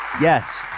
yes